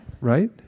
Right